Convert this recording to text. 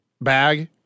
bag